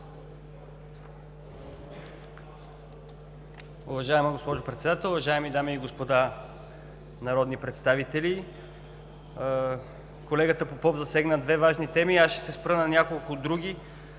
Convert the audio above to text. Уважаема госпожо Председател, уважаеми дами и господа народни представители! Колегата Попов засегна две важни теми – аз ще се спра на няколко други.